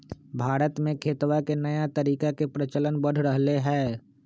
भारत में खेतवा के नया तरीका के प्रचलन बढ़ रहले है